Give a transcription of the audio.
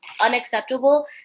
unacceptable